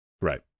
right